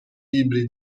libri